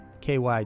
KY